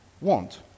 want